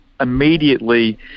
immediately